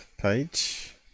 page